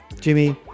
Jimmy